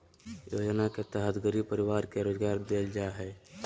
योजना के तहत गरीब परिवार के रोजगार देल जा हइ